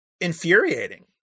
infuriating